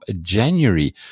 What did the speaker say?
January